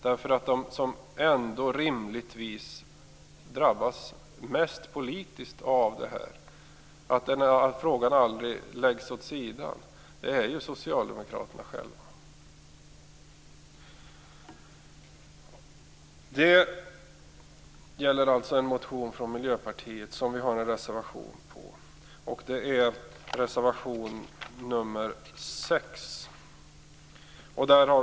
De som rimligtvis drabbas mest politiskt av att frågan aldrig läggs åt sidan är ju socialdemokraterna själva. Det gäller alltså en motion från Miljöpartiet som vi har skrivit en reservation kring. Det är reservation nr 6.